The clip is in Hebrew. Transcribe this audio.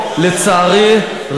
לצערי,